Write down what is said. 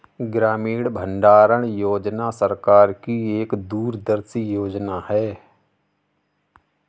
ग्रामीण भंडारण योजना सरकार की एक दूरदर्शी योजना है